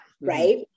right